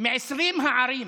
מ-20 הערים